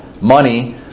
money